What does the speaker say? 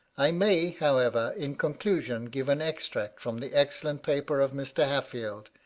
i may, however, in conclusion, give an extract from the excellent paper of mr. haffield,